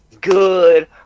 good